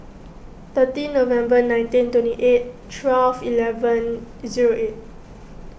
thirty November nineteen twenty eight twelve eleven zero eight